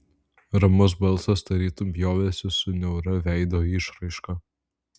ramus balsas tarytum pjovėsi su niauria veido išraiška